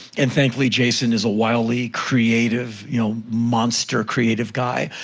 and thankfully, jason is a wildly creative, you know, monster creative guy.